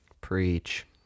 preach